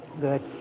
Good